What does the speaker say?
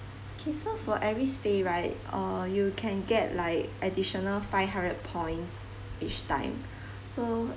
okay so for every stay right uh you can get like additional five hundred points each time so